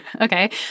okay